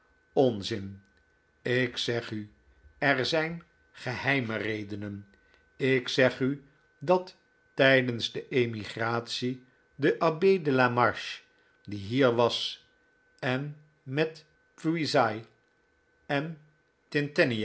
onzin ik zeg u er zijn geheime redenen ik zeg u dat tijdens de emigratie de abbe de la marche die hier was en met puisaye en